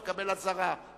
מקבל אזהרה,